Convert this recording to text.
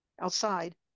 outside